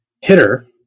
hitter